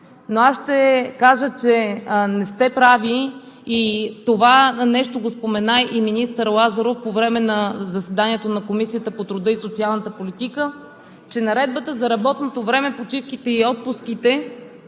Но аз ще кажа, че не сте прави, и това нещо го спомена и заместник-министър Лазаров по време на заседанието на Комисията по труда, социалната и демографската политика, че Наредбата за работното време, почивките и отпуските